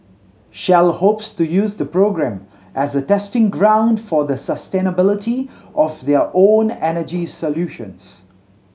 shell hopes to use the program as a testing ground for the sustainability of their own energy solutions